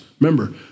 Remember